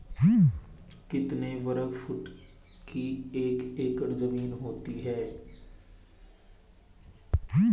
कितने वर्ग फुट की एक एकड़ ज़मीन होती है?